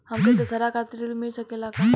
हमके दशहारा खातिर ऋण मिल सकेला का?